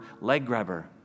leg-grabber